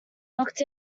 locked